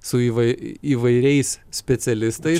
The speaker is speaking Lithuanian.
su įvai įvairiais specialistai